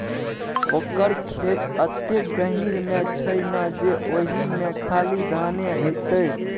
ओकर खेत एतेक गहीर मे छै ना जे ओहिमे खाली धाने हेतै